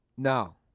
No